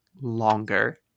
longer